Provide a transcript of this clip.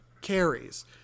carries